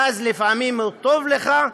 ואז לפעמים הוא טוב לך,